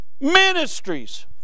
ministries